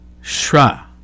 Shra